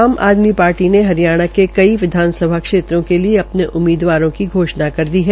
आम आदमी पार्टी ने हरियाणा के कई विधानसभा क्षेत्रों के लिए अपने उम्मीदवारों की घोषणा कर दी है